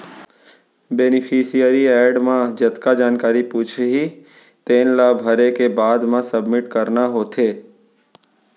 beneficiary add म जतका जानकारी पूछही तेन ला भरे के बाद म सबमिट करना होथे